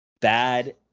bad